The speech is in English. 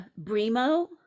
brimo